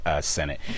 Senate